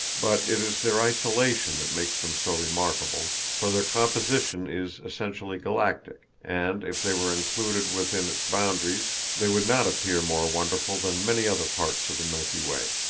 but it is their isolation that makes them so remarkable, for their composition is essentially galactic, and if they were included within its boundaries they would not appear more wonderful than many other parts of the milky way.